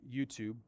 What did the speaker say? YouTube